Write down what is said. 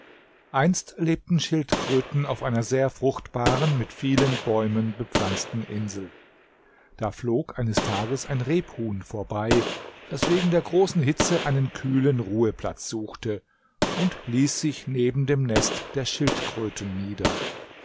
einst lebten schildkröten auf einer sehr fruchtbaren mit vielen bäumen bepflanzten insel da flog eines tages ein rebhuhn vorbei das wegen der großen hitze einen kühlen ruheplatz suchte und ließ sich neben dem nest der schildkröten nieder